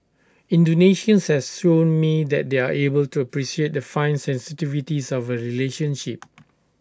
Indonesians has shown me that they are able to appreciate the fine sensitivities of A relationship